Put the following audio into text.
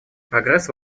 прогресс